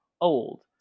old